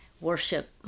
worship